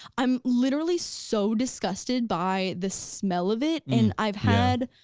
i'm literally so disgusted by the smell of it, and i've had,